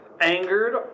angered